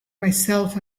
myself